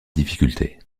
difficultés